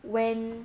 when